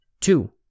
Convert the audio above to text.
two